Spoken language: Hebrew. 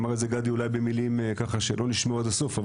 אמר את זה גדי אולי במילים ככה שלא נשמעו עד הסוף.